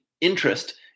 interest